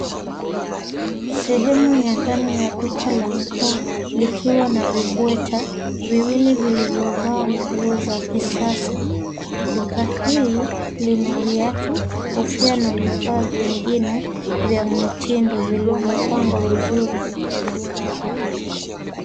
Sehemu ya ndani ya duka la nguo likiwa na vibweta viwili vilivyovaa nguo za kisasa. Duka hili lina viatu, kofia na vifaa vingine vya mtindo vilivyopangwa vizuri.